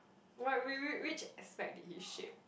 what wait wait which aspect did he shape